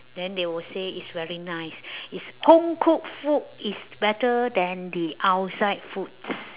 then they will say it's very nice it's homecooked food is better than the outside foods